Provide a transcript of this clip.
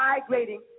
migrating